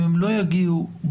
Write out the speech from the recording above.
אם הן לא יגיעו במועד,